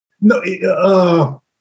No